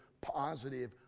positive